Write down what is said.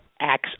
acts